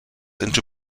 into